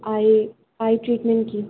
آئی eye treatment کی